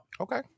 Okay